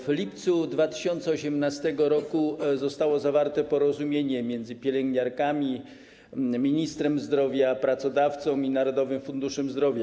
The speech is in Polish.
W lipcu 2018 r. zostało zawarte porozumienie między pielęgniarkami, ministrem zdrowia, pracodawcami i Narodowym Funduszem Zdrowia.